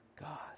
God